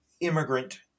immigrant